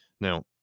Now